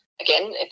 again